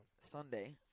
Sunday